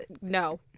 No